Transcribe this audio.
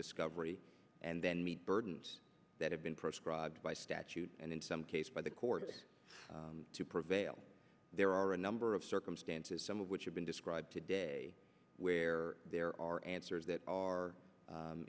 discovery and then meet burdens that have been proscribed by statute and in some case by the court to prevail there are a number of circumstances some of which have been described today where there are answers that are